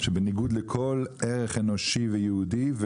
שבניגוד לכל ערך אנושי ויהודי,